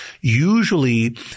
usually